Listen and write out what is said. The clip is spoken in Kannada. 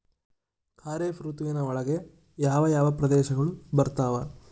ಖಾರೇಫ್ ಋತುವಿನ ಒಳಗೆ ಯಾವ ಯಾವ ಪ್ರದೇಶಗಳು ಬರ್ತಾವ?